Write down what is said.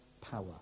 power